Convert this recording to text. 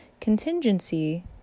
contingency